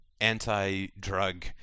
anti-drug